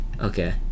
Okay